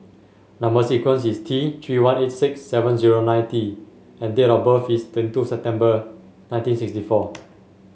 number sequence is T Three one eight six seven zero nine T and date of birth is twenty two September nineteen sixty four